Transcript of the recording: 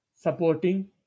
supporting